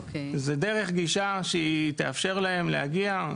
זה דרך גישה שהיא תאפשר להם להגיע.